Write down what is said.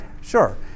Sure